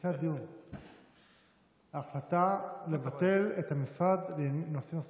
נושא הדיון זה ההחלטה לבטל את המשרד לנושאים אסטרטגיים.